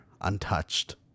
untouched